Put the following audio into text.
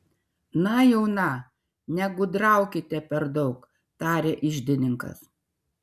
na jau na negudraukite per daug tarė iždininkas